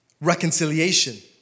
reconciliation